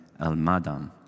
Elmadam